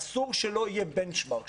אסור שלא יהיה בנצ'מרק,